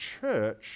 church